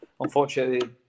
Unfortunately